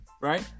Right